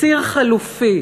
ציר חלופי